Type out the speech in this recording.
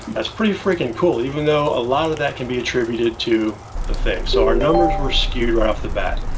that's pretty freaking cool, even though a lot of that can be attributed to the thing. so, our numbers were skewed right off the bat.